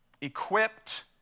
equipped